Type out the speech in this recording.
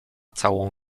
całą